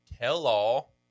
tell-all